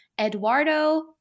Eduardo